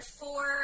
four